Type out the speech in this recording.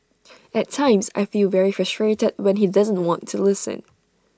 at times I feel very frustrated when he doesn't want to listen